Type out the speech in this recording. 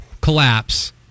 collapse